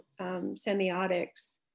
semiotics